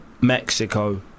Mexico